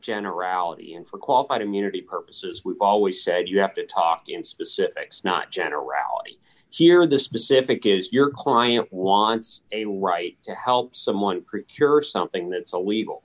generality and for qualified immunity purposes we've always said you have to talk in specifics not generalities here in this specific is your client wants a right to help someone creek you're something that's a legal